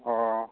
अ